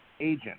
agent